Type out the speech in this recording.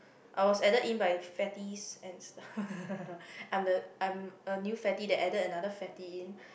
I was added in by fatties and I'm the I'm a new fatty that added another fatty in